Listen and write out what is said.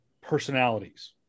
personalities